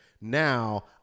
Now